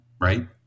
Right